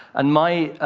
and my,